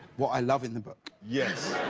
what i love in the book. yes.